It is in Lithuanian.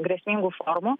grėsmingų formų